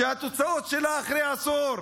שהתוצאות שלה אחרי עשור,